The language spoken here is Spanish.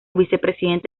vicepresidente